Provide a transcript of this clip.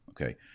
Okay